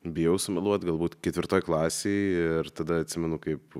bijau sumeluot galbūt ketvirtoj klasėj ir tada atsimenu kaip